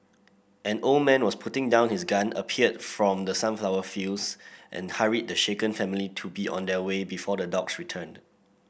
an old man was putting down his gun appeared from the sunflower fields and hurried the shaken family to be on their way before the dogs return